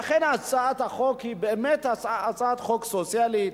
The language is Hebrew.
לכן הצעת החוק היא באמת הצעת חוק סוציאלית,